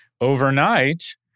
Overnight